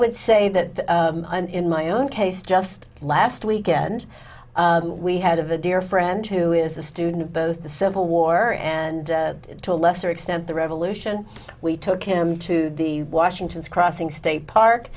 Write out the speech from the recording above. would say that and in my own case just last weekend we had of a dear friend who is a student both the civil war and to a lesser extent the revolution we took him to the washington's crossing state park